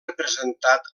representat